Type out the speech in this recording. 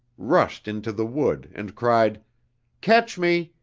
rushed into the wood and cried catch me,